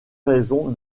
raison